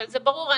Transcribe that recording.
זה ברור,